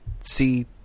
See